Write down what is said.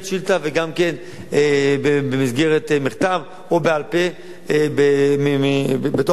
שאילתא וגם במסגרת מכתב או בעל-פה בכנסת.